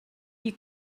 you